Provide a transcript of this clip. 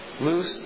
Loose